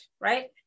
right